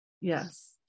yes